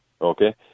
Okay